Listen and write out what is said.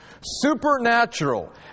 Supernatural